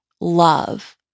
love